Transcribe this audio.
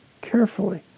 carefully